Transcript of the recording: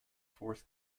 fourth